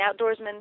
outdoorsman